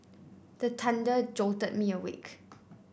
the thunder jolt me awake